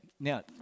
Now